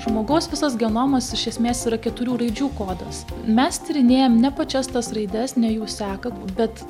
žmogaus visas genomas iš esmės yra keturių raidžių kodas mes tyrinėjam ne pačias tas raides ne jų seką bet